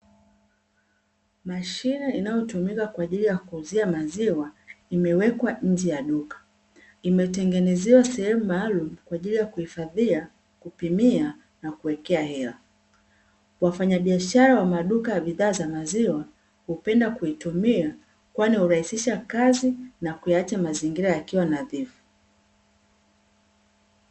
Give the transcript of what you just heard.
Mashine inayotumika kwa ajili ya kuuzia maziwa imewekwa nje ya duka, imetengenezewa sehemu maalumu kwa ajili ya kuhifadhia, kupimia na kuwekea hela. Wafanyabiashara wa maduka ya bidhaa za maziwa hupenda kuitumia kwani hurahisisha kazi na kuyaacha mazingira yakiwa nadhifu.